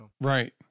Right